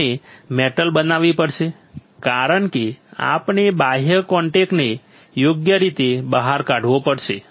આપણે મેટલ બનાવવી પડશે કારણ કે આપણે બાહ્ય કોન્ટેક્ટને યોગ્ય રીતે બહાર કાઢવો પડશે